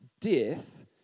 death